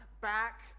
back